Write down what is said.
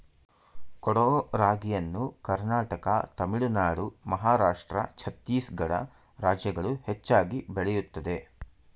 ಕೊಡೋ ರಾಗಿಯನ್ನು ಕರ್ನಾಟಕ ತಮಿಳುನಾಡು ಮಹಾರಾಷ್ಟ್ರ ಛತ್ತೀಸ್ಗಡ ರಾಜ್ಯಗಳು ಹೆಚ್ಚಾಗಿ ಬೆಳೆಯುತ್ತದೆ